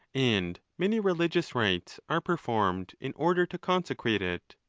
and many religious rites are performed in order to consecrate it.